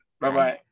Bye-bye